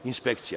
Inspekcija.